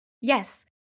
Yes